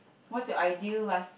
what's your ideal last